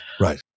Right